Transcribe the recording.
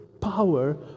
power